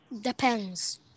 Depends